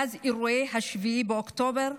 מספר הפצועים